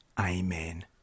Amen